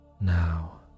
Now